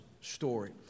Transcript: story